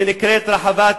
שנקראת רחבת